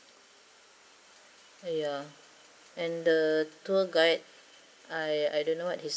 ya and the tour guide I I don't know what he's